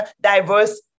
diverse